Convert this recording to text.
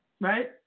right